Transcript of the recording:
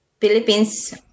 Philippines